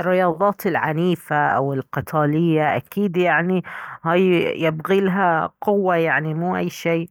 الرياضات العنيفة او القتالية اكيد يعني هاي يبغيلها قوة يعني مو اي شيل